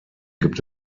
gibt